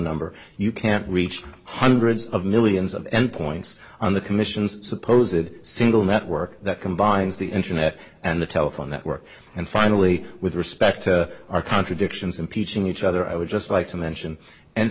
number you can't reach hundreds of millions of endpoints on the commission's suppose that single network that combines the internet and the telephone network and finally with respect are contradictions impeaching each other i would just like to mention and